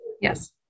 Yes